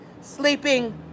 sleeping